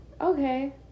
Okay